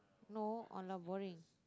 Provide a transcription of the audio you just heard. no !alah! boring